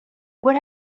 would